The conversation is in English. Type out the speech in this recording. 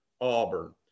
Auburn